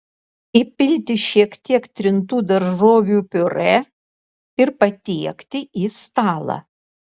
įpilti šiek tiek trintų daržovių piurė ir patiekti į stalą